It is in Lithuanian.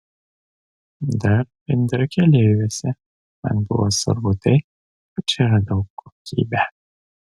dar bendrakeleiviuose man buvo svarbu tai kad čia radau kokybę